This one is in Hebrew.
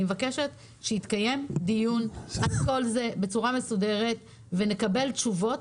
אני מבקשת שיתקיים דיון על כל זה בצורה מסודרת ובו נקבל תשובות.